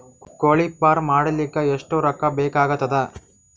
ಕೋಳಿ ಫಾರ್ಮ್ ಮಾಡಲಿಕ್ಕ ಎಷ್ಟು ರೊಕ್ಕಾ ಬೇಕಾಗತದ?